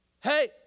Hey